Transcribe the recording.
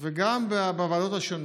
וגם בוועדות השונות,